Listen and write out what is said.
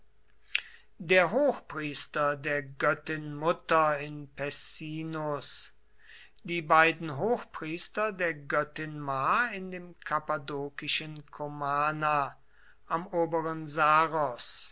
der hochpriester der göttin mutter in pessinus die beiden hochpriester der göttin ma in dem kappadokischen komana am oberen saros